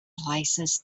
places